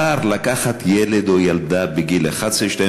לקחת ילד או ילדה כבר בגיל 11,